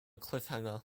cliffhanger